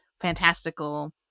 fantastical